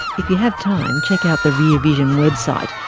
if you have time, check out the rear vision website,